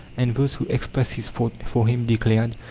and those who expressed his thought for him declared,